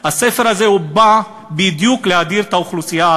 הוא בא להבדיל בין דם לדם,